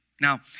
Now